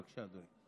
בבקשה, אדוני.